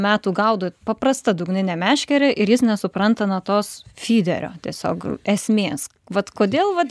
metų gaudo paprasta dugnine meškere ir jis nesupranta na tos fiderio tiesiog esmės vat kodėl vat